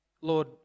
Lord